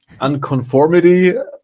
unconformity